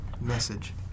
Message